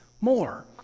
more